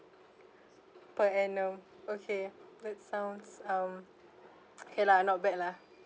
per annum okay that sounds um okay lah not bad lah